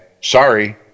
Sorry